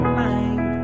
mind